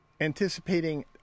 anticipating